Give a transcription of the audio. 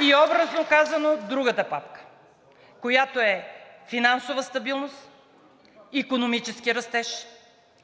И образно казано, другата папка, която е финансова стабилност, икономически растеж,